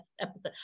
episode